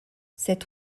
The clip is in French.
cet